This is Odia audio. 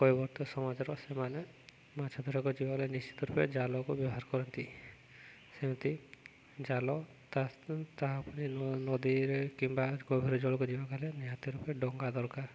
କୈିବର୍ତ୍ତ ସମାଜର ସେମାନେ ମାଛ ଧରାକୁ ଯିବା ଗଲେ ନିଶ୍ଚିତ ରୂପେ ଜାଲକୁ ବ୍ୟବହାର କରନ୍ତି ସେମିତି ଜାଲ ନଦୀରେ କିମ୍ବା ଗଭୀର ଜଳକୁ ଯିବାକୁ କଲେ ନିହାତି ରୂପେ ଡଙ୍ଗା ଦରକାର